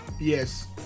Yes